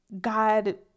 God